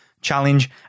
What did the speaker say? challenge